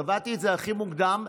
קבעתי את זה הכי מוקדם,